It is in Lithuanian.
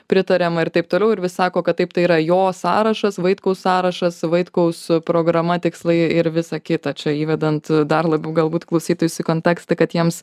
pritariama ir taip toliau ir vis sako kad taip tai yra jo sąrašas vaitkaus sąrašas vaitkaus programa tikslai ir visa kita čia įvedant dar labiau galbūt klausytojus į kontekstą kad jiems